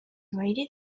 rated